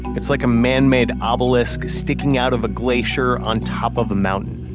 it's like a manmade ah obelisk, sticking out of a glacier, on top of a mountain.